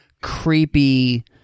creepy